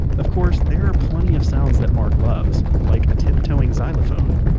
of course there are plenty of sounds that mark loves. like a tip-toeing xylophone